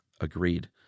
Agreed